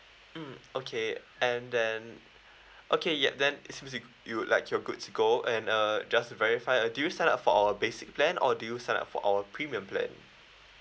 mm okay and then okay ya then it seems you you like you're good to go and uh just to verify uh did you sign up for our basic plan or did you sign up for our premium plan